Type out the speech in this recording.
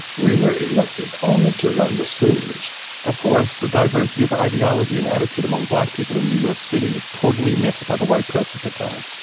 we were elected only to run the schools of course, the diversity of ideology and attitude among black people in new york city was totally missed by the white press at the time.